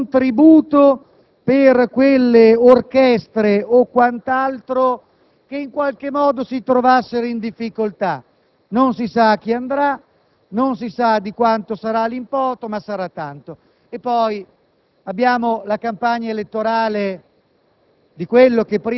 un comma introduce un contributo per quelle orchestre, o quant'altro, che in qualche modo si trovassero in difficoltà. Non si sa a chi andrà, non si sa di quanto sarà l'importo, ma sarà tanto.